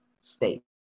state